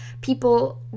people